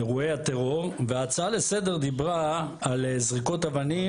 מבחינת אירועי הטרור וההצעה לסדר דיברה על זריקות אבנים